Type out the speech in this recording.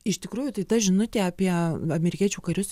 iš tikrųjų tai ta žinutė apie amerikiečių karius